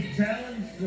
challenge